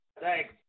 Thanks